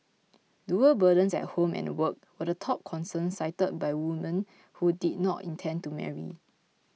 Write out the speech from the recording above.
dual burdens at home and work were the top concern cited by woman who did not intend to marry